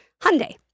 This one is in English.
Hyundai